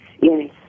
yes